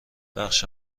بخش